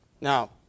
Now